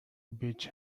bitch